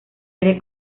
área